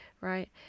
right